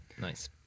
Nice